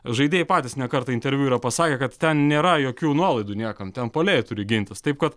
žaidėjai patys ne kartą interviu yra pasakę kad ten nėra jokių nuolaidų niekam ten puolėjai turi gintis taip kad